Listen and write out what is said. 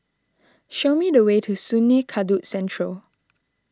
show me the way to Sungei Kadut Central